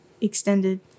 extended